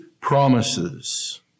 promises